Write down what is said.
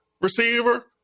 receiver